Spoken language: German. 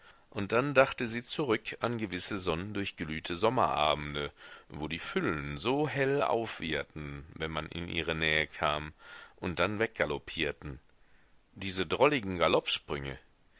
und dann dachte sie zurück an gewisse sonnendurchglühte sommerabende wo die füllen so hell aufwieherten wenn man in ihre nähe kam und dann weggaloppierten diese drolligen galoppsprünge